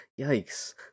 yikes